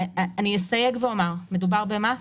אסייג ואומר: מדובר במס,